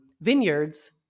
vineyards